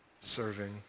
serving